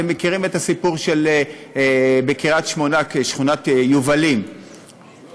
אתם מכירים את הסיפור של שכונת יובלים בקריית-שמונה,